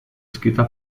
escrita